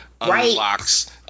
unlocks